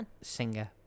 singer